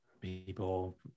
People